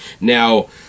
Now